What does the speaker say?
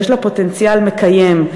ויש לה פוטנציאל מקיים,